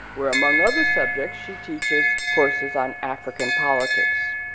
where among other subjects, she teaches courses on african politics.